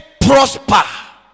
prosper